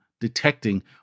detecting